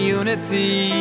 unity